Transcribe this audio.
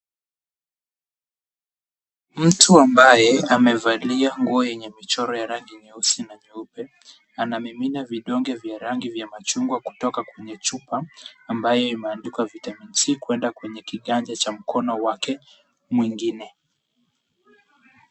Mtu ambaye amevalia nguo yenye michoro ya rangi nyeusi na nyeupe anamimina vidonge vya rangi ya machungwa kutoka kwenye chupa ambayo imeandikwa Vitamin C kwenda kwenye kiganja cha mkono wake mwingine.